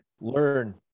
learn